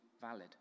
valid